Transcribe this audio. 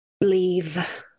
leave